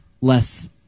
less